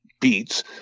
beats